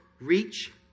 reach